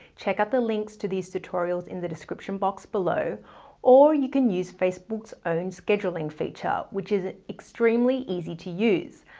check out the links to these tutorials in the description box below or you can use facebook's own scheduling feature which is ah extremely easy to use.